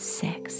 six